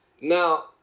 Now